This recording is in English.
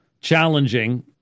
challenging